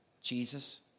Jesus